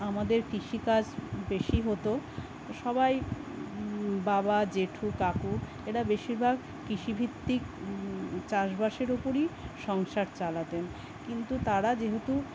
আমাদের কৃষিকাজ বেশি হতো সবাই বাবা জেঠু কাকু এরা বেশিরভাগ কৃষিভিত্তিক চাষবাসের উপরই সংসার চালাতেন কিন্তু তারা যেহেতু